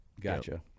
Gotcha